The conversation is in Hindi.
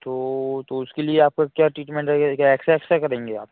तो तो उसके लिए आपका क्या ट्रीटमेन्ट रहेगा क्या एक्सरा एक्सरा करेंगे आप